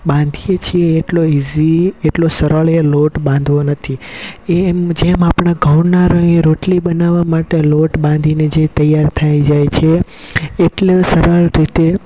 બાંધીએ છીએ એટલો ઇઝી એટલો સરળ એ લોટ બાંધવો નથી એ એમ જે આપણે ઘઉના રએ રોટલી બનાવા માટે લોટ બાંધીને જે તૈયાર થઈ જાય છે એટલો સરળ રીતે